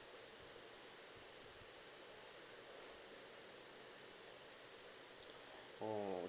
orh